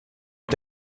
est